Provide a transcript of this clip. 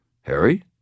Harry